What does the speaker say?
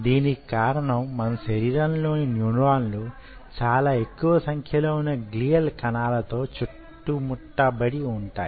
దీనికి కారణం మన శరీరంలోని న్యూరాన్లు చాలా ఎక్కువ సంఖ్య లో వున్న గ్లియల్ కణాల తో చుట్టుముట్ట బడి వుంటాయి